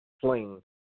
Fling